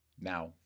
Now